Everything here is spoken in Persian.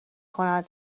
کند